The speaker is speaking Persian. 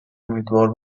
امیدوار